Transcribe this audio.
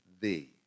thee